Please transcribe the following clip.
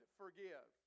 forgive